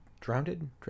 drowned